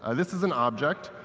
and this is an object,